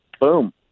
boom